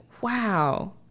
wow